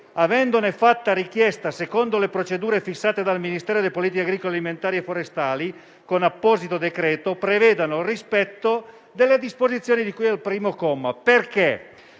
avendone fatta richiesta secondo le procedure fissate dal Ministro delle politiche agricole alimentari e forestali con apposito decreto, prevedano il rispetto delle disposizioni di cui al primo periodo».